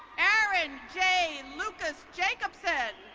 aaron j. lucas-jacobson.